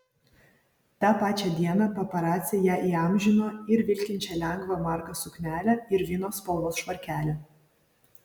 tą pačią dieną paparaciai ją įamžino ir vilkinčią lengvą margą suknelę ir vyno spalvos švarkelį